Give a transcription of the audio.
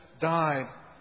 died